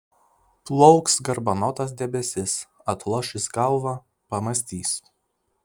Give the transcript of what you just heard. plauks garbanotas debesis atloš jis galvą pamąstys